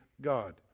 God